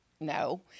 No